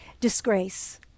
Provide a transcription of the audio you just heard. disgrace